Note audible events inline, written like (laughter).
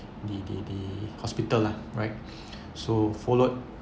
the the the hospital lah right (breath) so followed